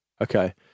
Okay